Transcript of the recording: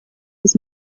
his